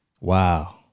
Wow